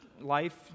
life